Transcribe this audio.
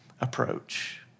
approach